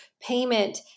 payment